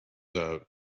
out